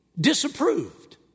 disapproved